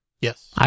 Yes